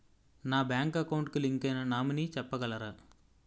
నా bank account కి link అయినా నామినీ చెప్పగలరా?